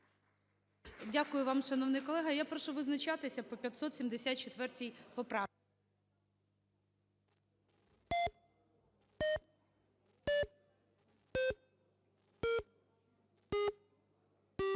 Дякую вам, шановний колего. Я прошу визначатися по 574 поправці.